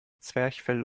zwerchfell